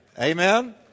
Amen